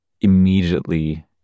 immediately